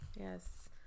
yes